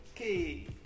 Okay